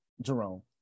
Jerome